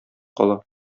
кала